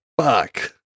fuck